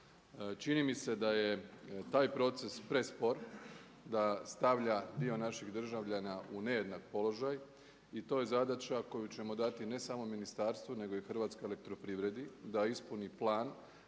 Čini mi se da je taj proces prespor, da stavlja dio naših državljana u nejednak položaj i to je zadaća koju ćemo dati ne samo ministarstvu nego i Hrvatskoj elektroprivredi da ispuni plan